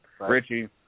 Richie